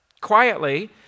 Quietly